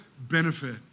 benefit